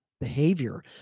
behavior